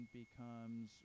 becomes